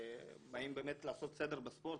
באים באמת לעשות סדר בספורט.